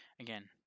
again